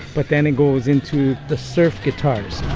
but then it goes into the surf guitars